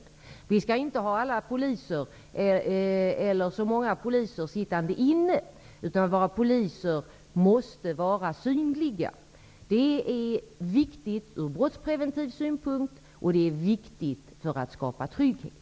Det är inte meningen att så många poliser skall sitta inomhus, utan våra poliser måste vara synliga. Det är viktigt ur brottspreventiv synpunkt, och det är viktigt för att skapa trygghet.